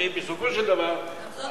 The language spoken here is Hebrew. הרי בסופו של דבר,